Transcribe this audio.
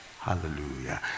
Hallelujah